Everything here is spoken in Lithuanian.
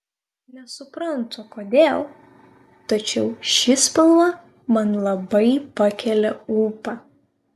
nesuprantu kodėl tačiau ši spalva man labai pakelia ūpą